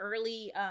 early